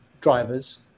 drivers